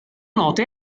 note